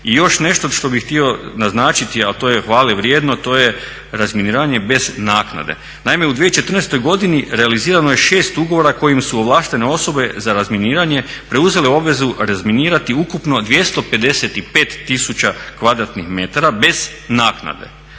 I još nešto što bih htio naznačiti, a to je hvale vrijedno, to je razminiravanje bez naknade. Naime, u 2014. godini realizirano je šest ugovora kojim su ovlaštene osobe za razminiranje preuzele obvezu razminirati ukupno 255 tisuća kvadratnih metara bez naknade.